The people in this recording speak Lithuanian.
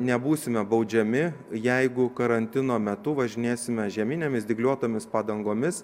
nebūsime baudžiami jeigu karantino metu važinėsime žieminėmis dygliuotomis padangomis